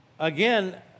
Again